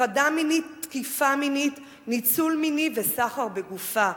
הטרדה מינית, תקיפה מינית, ניצול מיני וסחר בגופה.